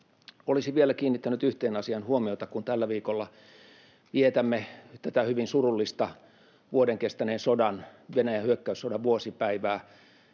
Olisin vielä kiinnittänyt yhteen asiaan huomiota, kun tällä viikolla vietämme tätä hyvin surullista vuoden kestäneen sodan, Venäjä hyökkäyssodan vuosipäivää: